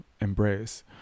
embrace